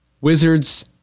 Wizards